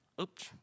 oops